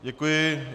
Děkuji.